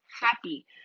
happy